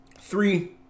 three